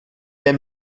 aime